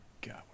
God